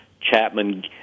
Chapman